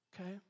okay